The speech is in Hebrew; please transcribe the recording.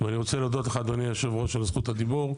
ואני רוצה להודות לך אדוני יושב הראש על זכות הדיבור,